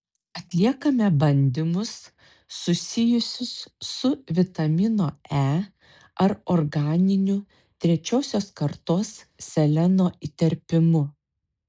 atliekame bandymus susijusius su vitamino e ar organiniu trečiosios kartos seleno įterpimu